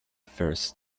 first